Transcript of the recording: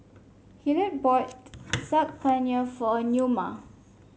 Hillard bought Saag Paneer for Neoma